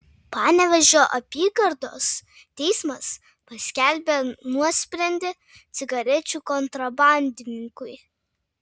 panevėžio apygardos teismas paskelbė nuosprendį cigarečių kontrabandininkui